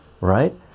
right